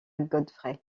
godfrey